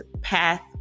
path